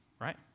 right